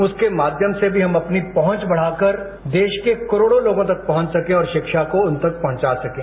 उसके माध्यम से भी हम अपनी पहुंच बढ़ाकर देश के करोड़ों लोगों तक पहुंच सके और शिक्षा को उन तक पहुंचा सकें